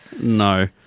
No